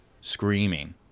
screaming